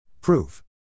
Proof